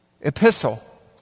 epistle